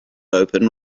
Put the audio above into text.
open